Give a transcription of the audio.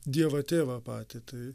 dievą tėvą patį tai